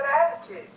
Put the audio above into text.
attitude